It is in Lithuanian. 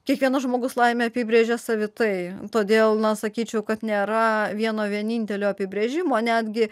kiekvienas žmogus laimę apibrėžė savitai todėl na sakyčiau kad nėra vieno vienintelio apibrėžimo netgi